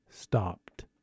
stopped